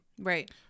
Right